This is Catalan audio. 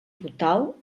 total